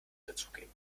dazugeben